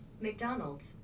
McDonald's